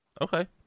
Okay